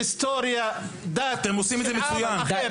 היסטוריה ודת של עם אחר.